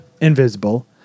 Invisible